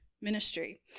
ministry